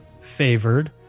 favored